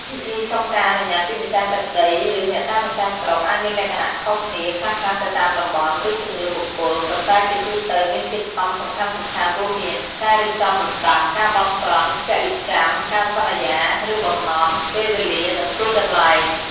វិធីសុំការអនុញ្ញាតពីម្ចាស់ទឹកដី ឬអ្នកតាម្ចាស់ស្រុក អាចមានលក្ខណៈខុសគ្នាខ្លះៗទៅតាមតំបន់ ឬជំនឿបុគ្គល ប៉ុន្តែជាទូទៅមានធាតុផ្សំសំខាន់ៗរួមគ្នា ការរៀបចំរណ្តាប់ ការបន់ស្រន់ ពលីកម្ម ការសន្យា ឬបំណន់ ពេលវេលា និងទីកន្លែង។